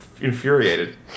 infuriated